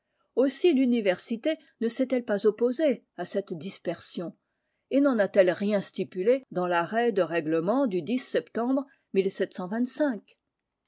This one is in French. aussi l'université ne s'est-elle pas opposée à cette dispersion et n'en a-t-elle rien stipulé dans l'arrêt de règlement du septembre